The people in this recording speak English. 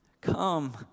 Come